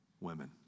women